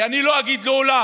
כי אני לא אגיד לעולם